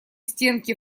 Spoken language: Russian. стенки